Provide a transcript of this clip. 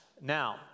Now